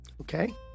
Okay